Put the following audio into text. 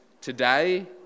today